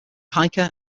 hiker